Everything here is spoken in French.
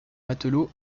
matelot